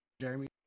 jeremy